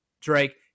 Drake